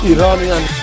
Iranian